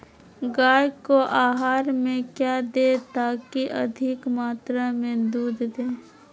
गाय को आहार में क्या दे ताकि अधिक मात्रा मे दूध दे?